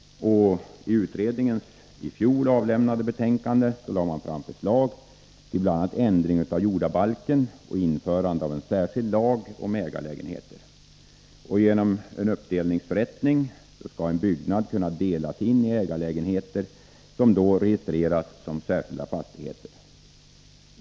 I utredningens i fjol avlämnade betänkande lade man fram förslag till bl.a. ändring av jordabalken och införande av en särskild lag om ägarlägenheter. Genom en uppdelningsförrättning skulle en byggnad kunna delas in i ägarlägenheter, som då registreras som särskilda fastigheter.